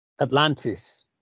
Atlantis